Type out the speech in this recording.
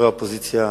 וחברי אופוזיציה